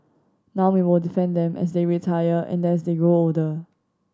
now we will defend them as they retire and as they grow older